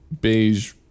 beige